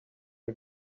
are